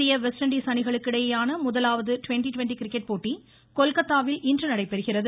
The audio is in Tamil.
இந்திய வெஸ்ட் இண்டீஸ் அணிகளுக்கு இடையேயான முதலாவது ட்வெண்ட் ட்வெண்ட்டி கிரிக்கெட் போட்டி கொல்கத்தாவில் இன்று நடைபெறுகிறது